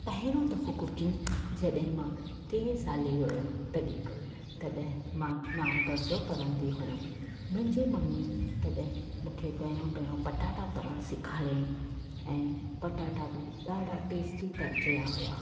पहिरियों दफ़ो कुकिंग जॾहिं मां तेरहें साले जी हुअमि तॾहिं मां नाओं दरिजो पढ़ंदी हुअमि मुंहिंजे ममीअ तॾहिं मूंखे पहिरियों पहिरियों पटाटा तरण सेखारियाईं ऐं पटाटा बि ॾाढा टेस्टी तरिजिया हुआ